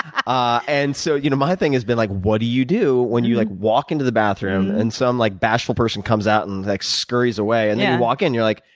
ah and so you know my thing has been like what do you do when you walk into the bathroom and some like bashful person comes out and like scurries away. and then you walk in you're like,